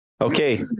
Okay